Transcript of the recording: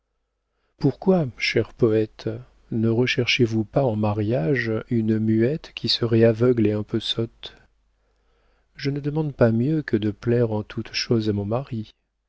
pourquoi cher poëte ne recherchez vous pas en mariage une muette qui serait aveugle et un peu sotte je ne demande pas mieux que de plaire en toute chose à mon mari